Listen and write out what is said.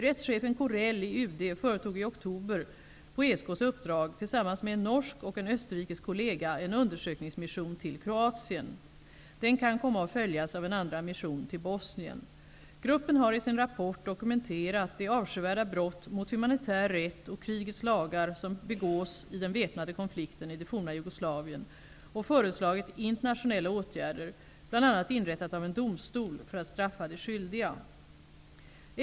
Rättschefen Corell i UD företog i oktober på ESK:s uppdrag tillsammans med en norsk och en österrikisk kollega en undersökningsmission till Kroatien. Den kan komma att följas av en andra mission till Bosnien. Gruppen har i sin rapport dokumenterat de avskyvärda brott mot humanitär rätt och krigets lagar som begås i den väpnade konflikten i det forna Jugoslavien och föreslagit internationella åtgärder, bl.a. inrättandet av en domstol, för att straffa de skyldiga.